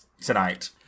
tonight